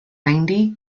ninety